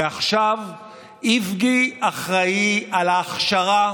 ועכשיו איבגי אחראי על ההכשרה,